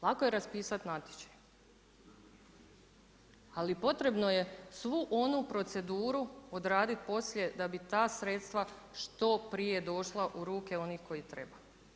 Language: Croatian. Lako je raspisati natječaj, ali potrebno je svu onu proceduru odraditi poslije da bi ta sredstva što prije došla u ruke onih koji treba.